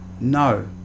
No